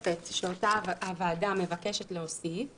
והוועדה מבקשת להוסיף תוספת.